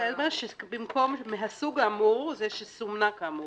במקום מהסוג האמור זה שסומנה כאמור,